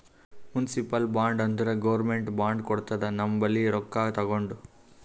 municipal bond ಅಂದುರ್ government bond ಕೊಡ್ತುದ ನಮ್ ಬಲ್ಲಿ ರೊಕ್ಕಾ ತಗೊಂಡು